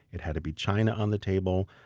it had to be china on the table.